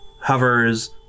hovers